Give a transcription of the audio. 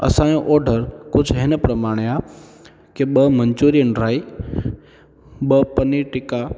असांजो ऑडर कुझु हिन प्रमाणे आहे कि ॿ मन्चूरिअन ड्राय ॿ पनीर टिक्का